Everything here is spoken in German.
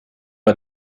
bei